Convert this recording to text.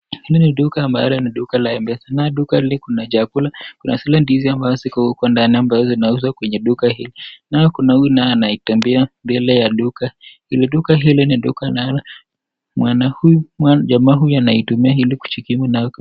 Hili ni duka ambalo ni duka la Mpesa. Duka hili kuna chakula kuna zile ndizi ambazo ziko huko ndani ambazo zinauzwa. Naye kuna huyu ambaye anatembea mbele ya duka. Mwenye duka ni jamaa huyu anayetumia hii duka kujikimu kimaisha.